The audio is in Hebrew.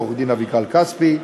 ועורכת-הדין אביגל כספי,